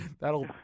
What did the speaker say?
that'll